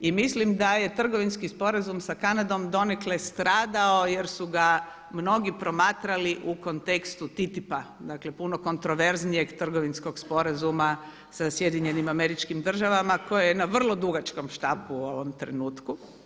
I mislim da je trgovinski sporazum sa Kanadom donekle stradao jer su ga mnogi promatrali u kontekstu TTIP-a, dakle puno kontroverznijeg trgovinskog sporazuma sa SAD-om koji je na vrlo dugačkom štapu u ovom trenutku.